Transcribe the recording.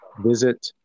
visit